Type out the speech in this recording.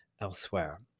elsewhere